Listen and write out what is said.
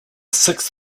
sixth